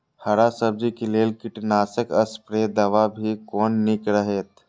हरा सब्जी के लेल कीट नाशक स्प्रै दवा भी कोन नीक रहैत?